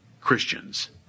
Christians